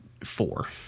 four